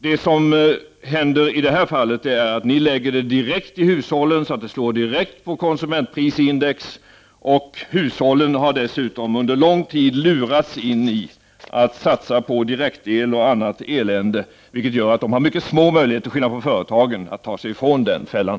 Det som händer i det här fallet är att ni lägger denna belastning direkt på hushållen, så att det slår direkt på konsumentprisindex. Hushållen har dessutom under lång tid lurats att satsa på direktel och annat elände, vilket gör att de har mycket små möjligheter, till skillnad från företagen, att ta sig ifrån den fällan.